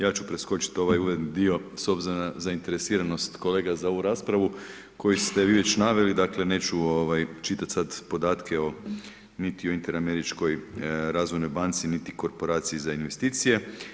Ja ću preskočiti ovaj uvodni dio s obzirom na zainteresiranost kolega za ovu raspravu koji ste vi već naveli, dakle neću čitati sada podatke niti o Inter-američkoj razvojnoj banci niti korporaciji za investicije.